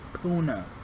Puna